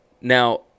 Now